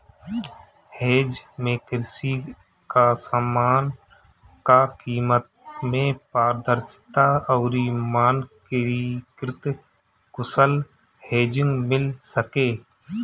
hedge में कृषि कअ समान कअ कीमत में पारदर्शिता अउरी मानकीकृत कुशल हेजिंग मिल सके